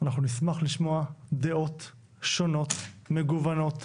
אנחנו נשמח לשמוע דעות שונות מגוונות,